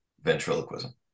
ventriloquism